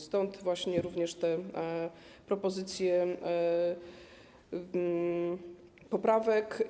Stąd właśnie również propozycje poprawek.